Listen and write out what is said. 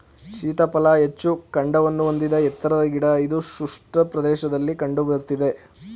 ಸೀತಾಫಲ ಹೆಚ್ಚು ಕಾಂಡವನ್ನು ಹೊಂದಿದ ಎತ್ತರದ ಗಿಡ ಇದು ಶುಷ್ಕ ಪ್ರದೇಶದಲ್ಲಿ ಕಂಡು ಬರ್ತದೆ